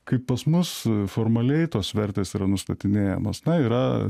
kaip pas mus formaliai tos vertės yra nustatinėjamos na yra